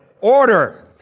order